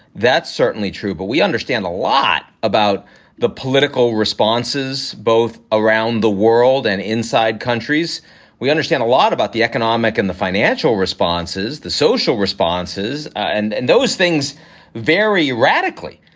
that's certainly true. but we understand a lot about the political responses both around the world and inside countries we understand a lot about the economic and the financial responses, the social responses and and those things very radically.